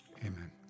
Amen